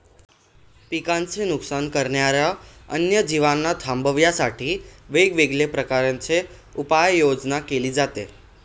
पिकांचे नुकसान करणाऱ्या अन्य जीवांना थांबवण्यासाठी वेगवेगळ्या प्रकारची उपाययोजना केली जाते